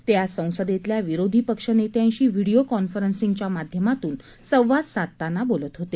ते आज संसदेतल्या विरोधी पक्ष नेत्यांशी व्हीडीओ कॉन्फरन्सिंगच्या माध्यमातून संवाद साधताना बोलत होते